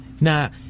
Now